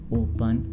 open